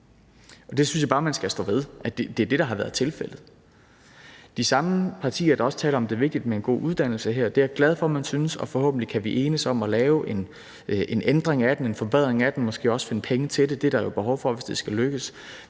og det synes jeg bare man skal stå ved er det, der har været tilfældet. Det er de samme partier, der også taler om, at det er vigtigt med en god uddannelse her, og det er jeg glad for at man synes, og forhåbentlig kan vi enes om at lave en ændring af den, en forbedring af den, og måske også finde penge til det. Det er der jo behov for, hvis det skal lykkes.